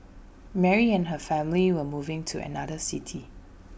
Mary and her family were moving to another city